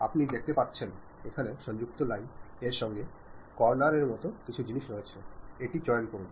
আপনি দেখতে পাচ্ছেন এখানে সংযুক্ত লাইন এর সঙ্গে কোণার এর মতো জিনিস রয়েছে এটি চয়ন করুন